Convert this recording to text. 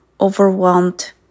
overwhelmed